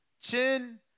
Chin